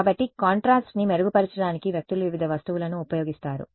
కాబట్టి కాంట్రాస్ట్ని మెరుగుపరచడానికి వ్యక్తులు వివిధ వస్తువులను ఉపయోగిస్తారు